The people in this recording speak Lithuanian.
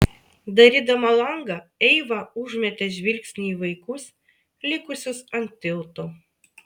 darydama langą eiva užmetė žvilgsnį į vaikus likusius ant tilto